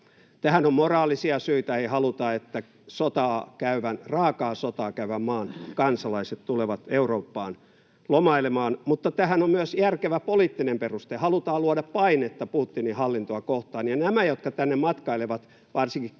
Tähän on moraalisia syitä. Ei haluta, että sotaa käyvän, raakaa sotaa käyvän maan kansalaiset tulevat Eurooppaan lomailemaan. Mutta tähän on myös järkevä poliittinen peruste: halutaan luoda painetta Putinin hallintoa kohtaan. Ja nämä, jotka tänne matkailevat, varsinkin Eurooppaan,